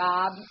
Bob